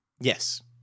Yes